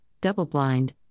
double-blind